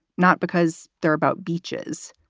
not because they're about beaches,